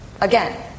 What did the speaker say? again